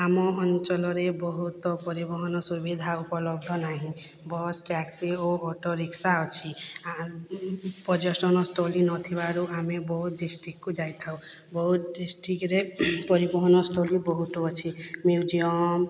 ଆମ ଅଞ୍ଚଳରେ ବହୁତ ପରିବହନ ସୁବିଧା ଉପଲବ୍ଧ ନାହିଁ ବସ୍ ଟ୍ୟାକ୍ସି ଓ ଅଟୋରିକ୍ସା ଅଛି ପର୍ଯ୍ୟଟନସ୍ଥଳୀ ନଥିବାରୁ ଆମେ ବୌଦ୍ଧ ଡିଷ୍ଟ୍ରିକ୍ଟକୁ ଯାଇଥାଉ ବୌଦ୍ଧ ଡିଷ୍ଟ୍ରିକ୍ଟରେ ପରିବହନସ୍ଥଳୀ ବହୁତ ଅଛି ମ୍ୟୁଜିୟମ୍